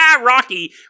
Rocky